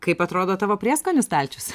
kaip atrodo tavo prieskonių stalčius